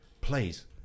please